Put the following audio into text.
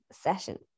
session